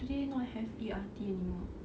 today not have E_R_T anymore